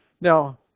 Now